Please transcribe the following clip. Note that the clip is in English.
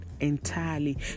entirely